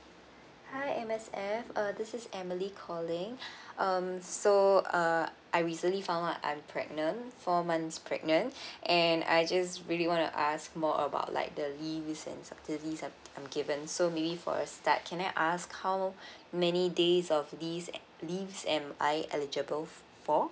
hi M_S_F uh this is emily calling um so uh I recently found out I'm pregnant four months pregnant and I just really wanna ask more about like the the leaves and the leaves I'm given so maybe for a start can I ask how many days of these leaves am I eligible for